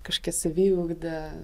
kažkokia saviugda